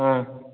ହଁ